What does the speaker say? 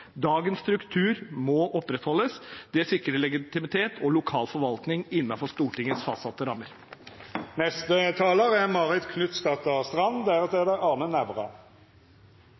Dagens struktur må opprettholdes. Det sikrer legitimitet og lokal forvaltning innenfor Stortingets fastsatte